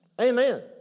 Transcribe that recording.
Amen